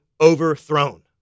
overthrown